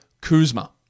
Kuzma